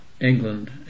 England